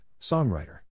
songwriter